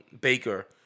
Baker